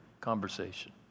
conversation